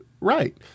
right